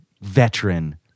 veteran